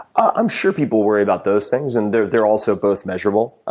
i'm sure people worry about those things and they're they're also both measurable.